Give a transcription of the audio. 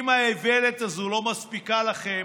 אם האיוולת הזו לא מספיקה לכם